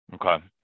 Okay